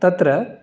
तत्र